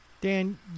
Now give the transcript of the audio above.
Dan